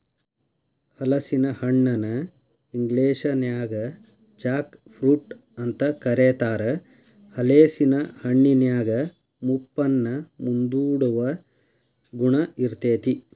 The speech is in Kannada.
ಹಲಸಿನ ಹಣ್ಣನ ಇಂಗ್ಲೇಷನ್ಯಾಗ ಜಾಕ್ ಫ್ರೂಟ್ ಅಂತ ಕರೇತಾರ, ಹಲೇಸಿನ ಹಣ್ಣಿನ್ಯಾಗ ಮುಪ್ಪನ್ನ ಮುಂದೂಡುವ ಗುಣ ಇರ್ತೇತಿ